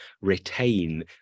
retain